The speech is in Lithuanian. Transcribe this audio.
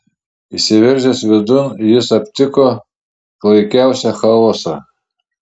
įsiveržęs vidun jis aptiko klaikiausią chaosą